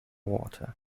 water